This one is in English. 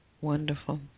Wonderful